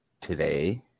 today